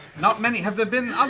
not many? have there been